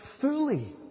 fully